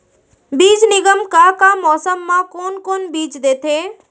बीज निगम का का मौसम मा, कौन कौन से बीज देथे?